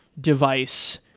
device